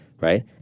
right